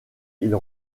ils